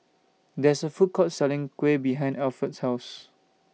There IS A Food Court Selling Kuih behind Alford's House